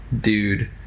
dude